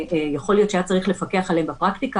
ושיכול להיות שהיה צריך לפקח עליהם בפרקטיקה